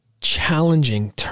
challenging